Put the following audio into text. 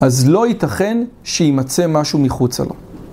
אז לא ייתכן שימצא משהו מחוצה לו.